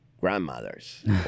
Grandmothers